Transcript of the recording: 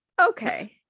okay